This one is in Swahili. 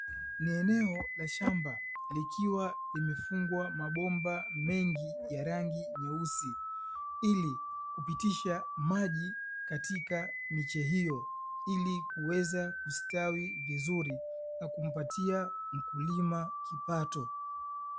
Ni eneo la shamba liikiwa limefungwa mabomba mengi ya rangi nyeusi, ili kupitisha maji katika miche hiyo ili kuweza kustawi vizuri na kumpatia mkulima kipato.